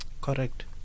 Correct